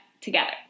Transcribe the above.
together